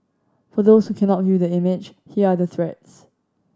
for those who cannot view the image here are the threats